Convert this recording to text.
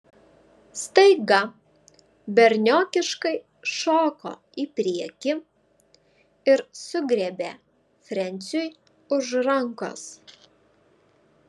staiga berniokiškai šoko į priekį ir sugriebė frensiui už rankos